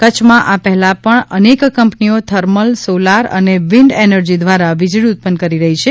કચ્છમાં આ પહેલા પણ અનેક કંપનીઓ થર્મલ સોલાર અને વિન્ડ એનર્જી દ્વારા વીજળી ઉત્પન્ન કરી રહી છે